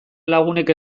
lagunek